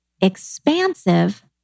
expansive